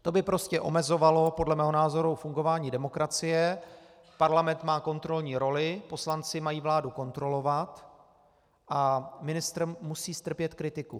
To by prostě omezovalo podle mého názoru fungování demokracie, Parlament má kontrolní roli, poslanci mají vládu kontrolovat a ministr musí strpět kritiku.